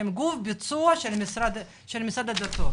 שהם גוף ביצוע של משרד הדתות.